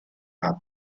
her